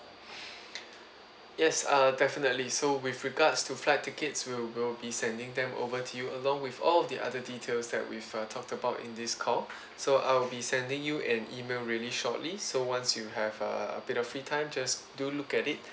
yes uh definitely so with regards to flight tickets we will be sending them over to you along with all of the other details that we've uh talked about in this call so I will be sending you an email really shortly so once you have a bit of free time just do look at it